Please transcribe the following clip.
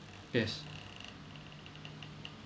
yes